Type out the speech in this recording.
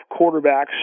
quarterbacks